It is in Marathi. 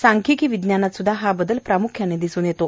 सांख्यिकी विज्ञानातस्ध्दा हा बदल प्राम्ख्यानं दिसून येत आहे